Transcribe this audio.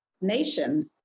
nation